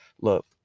look